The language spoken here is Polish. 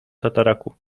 tataraku